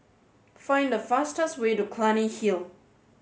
find the fastest way to Clunny Hill